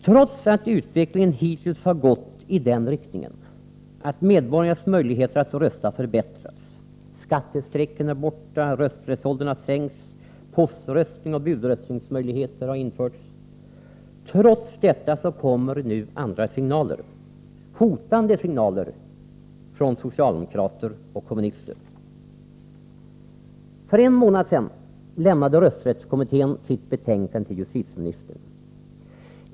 Trots att utvecklingen hittills har gått i den riktningen, att medborgarnas möjligheter att rösta har förbättrats — skattestrecken är borta, rösträttsåldern har sänkts, poströstning och budröstningsmöjlighet har införts — kommer nu andra signaler, hotande signaler, från socialdemokrater och kommunister. För en månad sedan lämnade rösträttskommittén sitt betänkande till justitieministern.